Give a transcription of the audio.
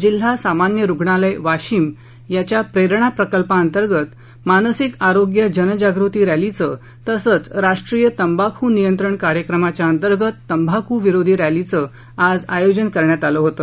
जिल्हा सामान्य रूग्णालय वाशीमच्या प्रेरणा प्रकल्पा अंतर्गत आज मानसीक आरोग्य जनजागृती रसीचे तसेच राष्ट्रीय तंबाखु नियंत्रण कार्यक्रमांतर्गत तंबाखू विरोधी रसीचे आयोजन करण्यात आले होते